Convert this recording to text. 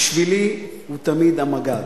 בשבילי הוא תמיד המג"ד.